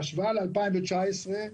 בהשוואה ל-2019,